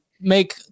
make